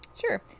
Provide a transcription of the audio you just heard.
Sure